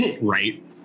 Right